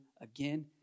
again